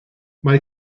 mae